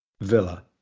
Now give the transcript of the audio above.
Villa